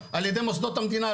על ידי מוסדות המדינה,